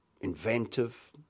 inventive